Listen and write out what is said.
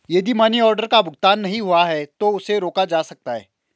यदि money order का भुगतान नहीं हुआ है तो उसे रोका जा सकता है